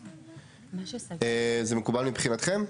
זה מקובל מבחינתכם?